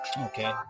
Okay